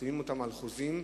מחתימים אותם על חוזים,